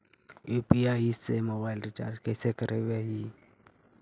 UPI से mobile recharge कैसे करबइ?